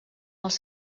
els